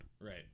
Right